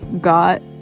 got